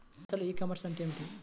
అసలు ఈ కామర్స్ అంటే ఏమిటి?